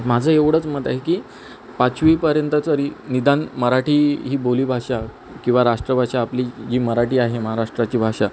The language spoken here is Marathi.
माझं एवढंच मत आहे की पाचवीपर्यंत तरी निदान मराठी ही बोलीभाषा किंवा राष्ट्रभाषा आपली जी मराठी आहे महाराष्ट्राची भाषा